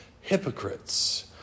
hypocrites